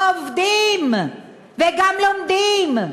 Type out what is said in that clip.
בו חרדים, עובדים וגם לומדים.